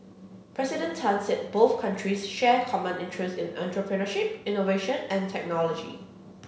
President Tan said both countries share common interests in entrepreneurship innovation and technology